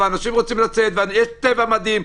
אנשים רוצים לצאת ויש טבע מדהים.